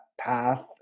path